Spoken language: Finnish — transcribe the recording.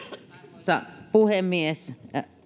arvoisa puhemies